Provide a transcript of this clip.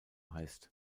heißt